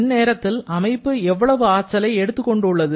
இந்நேரத்தில் அமைப்பு எவ்வளவு ஆற்றலை எடுத்துக் கொண்டு உள்ளது